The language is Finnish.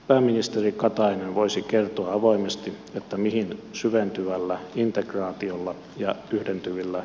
pääministeri katainen voisi kertoa avoimesti mihin syventyvällä integraatiolla ja yhdentyvillä